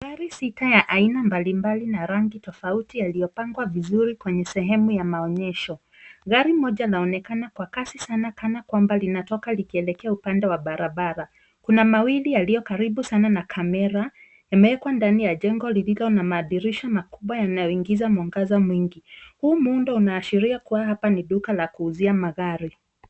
Gari sita ya aina mbalimbali na rangi tofauti yaliyopangwa vizuri kwenye sehemu ya maonyesho. Gari moja inaonekana kwa kasi sana kana kwamba linatoka likielekea upande wa barabara. Kuna mawili yaliyo karibu sana na kamera imewekwa ndani ya jengo lililo na madirisha makubwa yanayoingiza mwangaza mwingi. Huu muundo unaashiria kuwa hapa ni duka la kuuzia magari.